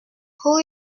who